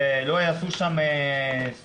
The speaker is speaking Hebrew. שלא יעשו שם --- לא.